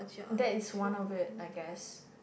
that is one of it I guess